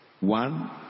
one